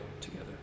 together